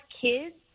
kids